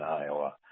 Iowa